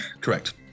Correct